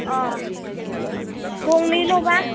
अ गंनैलबा